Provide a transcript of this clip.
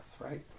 right